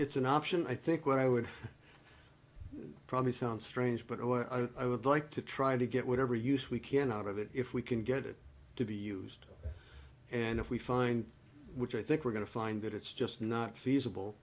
it's an option i think where i would probably sound strange but i would like to try to get whatever use we can out of it if we can get it to be used and if we find which i think we're going to find that it's just not feasible